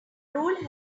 rule